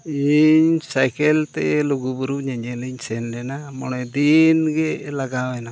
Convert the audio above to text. ᱤᱧ ᱥᱟᱭᱠᱮᱞᱛᱮ ᱞᱩᱜᱩᱼᱵᱩᱨᱩ ᱧᱮᱧᱮᱞᱤᱧ ᱥᱮᱱ ᱞᱮᱱᱟ ᱢᱚᱬᱮ ᱫᱤᱱ ᱜᱮ ᱞᱟᱜᱟᱣᱮᱱᱟ